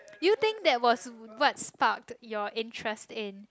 do you think that was what start your interest in